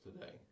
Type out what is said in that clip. today